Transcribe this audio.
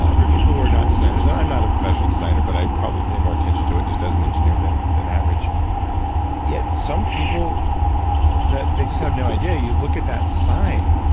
ah for people who are not designers, i'm not a professional designer, but i probably pay more attention to it just as an engineer then than average yeah some people that they just have no idea you look at that sign,